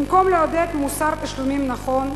במקום לעודד מוסר תשלומים נכון,